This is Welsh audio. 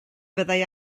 fyddai